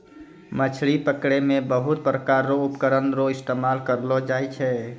मछली पकड़ै मे बहुत प्रकार रो उपकरण रो इस्तेमाल करलो जाय छै